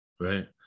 right